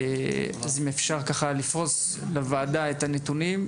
אז אם אפשר ככה לפרוש לוועדה את הנתונים,